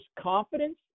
confidence